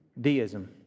deism